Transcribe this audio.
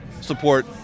support